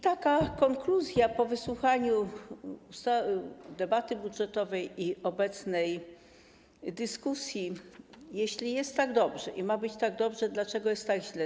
Taka konkluzja po wysłuchaniu debaty budżetowej i obecnej dyskusji: jeśli jest tak dobrze i ma być tak dobrze, dlaczego jest tak źle?